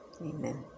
Amen